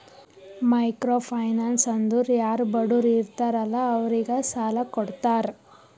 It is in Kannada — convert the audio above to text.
ಮೈಕ್ರೋ ಫೈನಾನ್ಸ್ ಅಂದುರ್ ಯಾರು ಬಡುರ್ ಇರ್ತಾರ ಅಲ್ಲಾ ಅವ್ರಿಗ ಸಾಲ ಕೊಡ್ತಾರ್